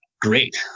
great